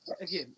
Again